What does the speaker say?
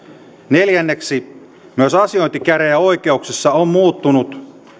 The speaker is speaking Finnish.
neljä myös asiointi käräjäoikeuksissa on muuttunut